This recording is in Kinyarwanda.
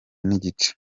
n’igice